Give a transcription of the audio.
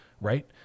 right